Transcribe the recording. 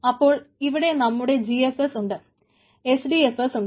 അപ്പോൾ ഇവിടെ നമുക്ക് GFS ഉണ്ട് HDFS ഉണ്ട്